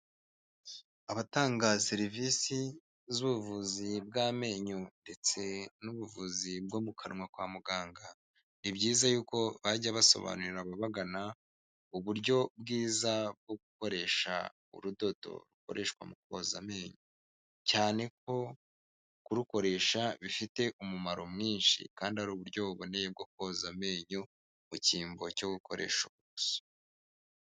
Abatanga serivisi z'ubuvuzi bw'amenyo, ndetse n'ubuvuzi bwo mu kanwa kwa muganga, ni byiza yuko bajya basobanurira ababagana, uburyo bwiza bwo gukoresha urudodo, rukoreshwa mu koza amenyo, cyane ko kurukoresha bifite umumaro mwinshi, kandi ari uburyo buboneye bwo koza amenyo, mu cyimbo cyo gukoresha uburoso.